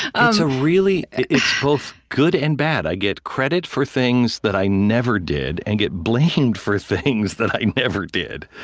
a really it's both good and bad. i get credit for things that i never did and get blamed for things that i never did,